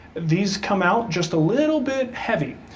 these come out just a little bit heavy.